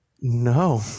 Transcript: No